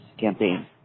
campaign